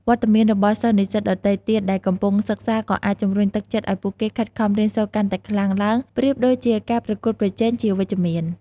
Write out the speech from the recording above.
វត្តមានរបស់សិស្សនិស្សិតដទៃទៀតដែលកំពុងសិក្សាក៏អាចជម្រុញទឹកចិត្តឱ្យពួកគេខិតខំរៀនសូត្រកាន់តែខ្លាំងឡើង ប្រៀបដូចជាការប្រកួតប្រជែងជាវិជ្ជមាន។